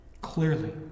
Clearly